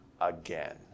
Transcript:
again